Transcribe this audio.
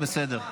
בסדר.